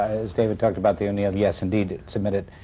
as david talked about the o'neill, yes, indeed, submit it.